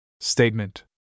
Statement